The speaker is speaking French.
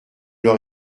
leur